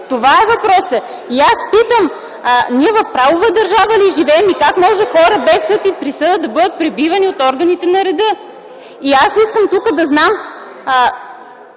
Това е въпросът. Аз питам: ние в правова държава ли живеем и как може хора без съд и присъда да бъдат пребивани от органите на реда?! Вие трябва да